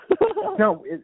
No